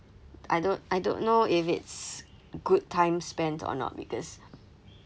I don't I don't know if it's good time spent or not because